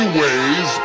ways